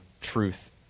truth